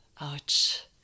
ouch